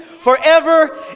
forever